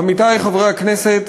עמיתי חברי הכנסת,